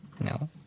No